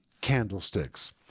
candlesticks